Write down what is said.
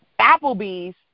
Applebee's